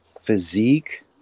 Physique